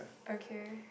okay